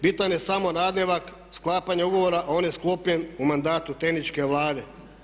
Bitan je samo nadnevaka sklapanja ugovora a on je sklopljen u mandatu tehničke Vlade.